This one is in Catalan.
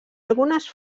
algunes